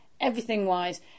everything-wise